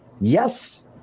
yes